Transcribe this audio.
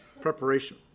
preparation